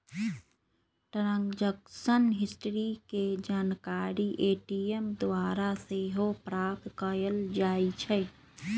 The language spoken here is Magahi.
ट्रांजैक्शन हिस्ट्री के जानकारी ए.टी.एम द्वारा सेहो प्राप्त कएल जाइ छइ